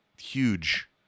Huge